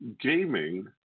gaming